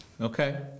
Okay